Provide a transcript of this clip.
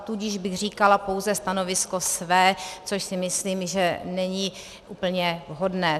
Tudíž bych říkala pouze stanovisko své, což si myslím, že není úplně vhodné.